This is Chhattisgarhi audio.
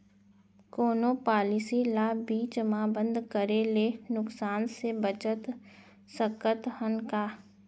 कोनो पॉलिसी ला बीच मा बंद करे ले नुकसान से बचत सकत हन का?